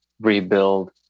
rebuild